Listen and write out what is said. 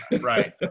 Right